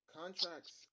contracts